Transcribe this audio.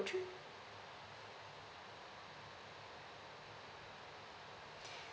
through